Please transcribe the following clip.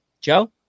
Joe